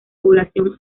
población